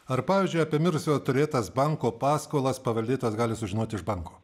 ar pavyzdžiui apie mirusiojo turėtas banko paskolas paveldėtojas gali sužinoti iš banko